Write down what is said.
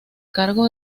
cargo